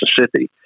Mississippi –